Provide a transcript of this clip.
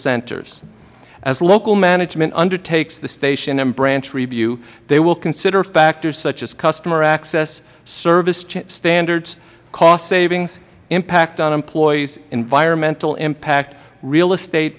centers as local management undertakes the station and branch review they will consider factors such as customer access service standards cost savings impact on employees environmental impact real estate